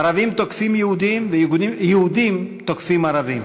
ערבים תוקפים יהודים ויהודים תוקפים ערבים.